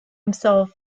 himself